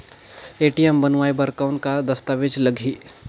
ATM बनवाय बर कौन का दस्तावेज लगही?